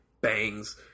bangs